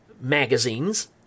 magazines